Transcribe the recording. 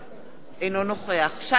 אינו נוכח שי חרמש,